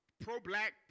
pro-black